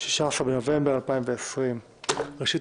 16 בנובמבר 2020. ראשית,